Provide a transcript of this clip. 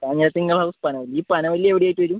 Kanjirathinkal house Panavalli ഈ പനവല്ലി എവിടെയായിട്ട് വരും